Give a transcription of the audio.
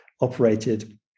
operated